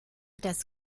das